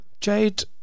Jade